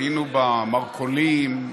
היינו במרכולים,